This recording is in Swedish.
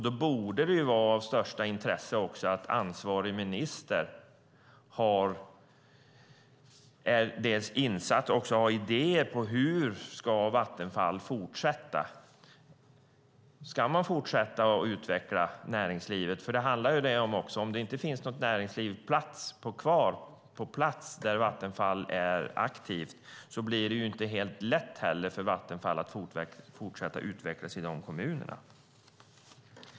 Då borde det vara av största intresse att ansvarig minister är insatt och också har idéer om hur Vattenfall ska fortsätta. Ska man fortsätta att utveckla näringslivet? Det handlar också om att om det inte finns något näringsliv kvar på plats där Vattenfall är aktivt blir det inte heller helt lätt för Vattenfall att fortsätta utvecklas i dessa kommuner.